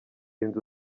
inzu